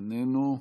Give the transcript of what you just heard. איננו.